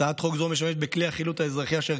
הצעת חוק זאת משתמשת בכלי החילוט האזרחי אשר